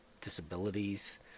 disabilities